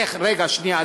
מה ייעשה, רגע, שנייה.